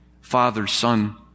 father-son